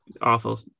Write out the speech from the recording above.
Awful